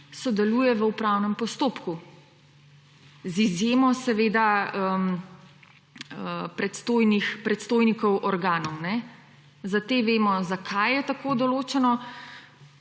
sodeluje v upravnem postopku, z izjemo predstojnikov organov? Za te vemo, zakaj je tako določeno.